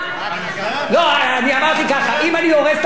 אני אמרתי ככה: אם אני הורס את הפריימריס לשר האוצר,